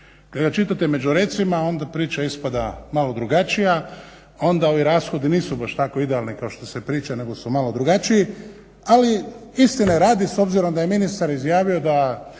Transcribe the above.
Kada čitate među redcima onda priča ispada malo drugačija, onda ovi rashodi nisu baš tako idealni kao što se priča nego su malo drugačiji. Ali istine radi s obzirom da je ministar izjavio da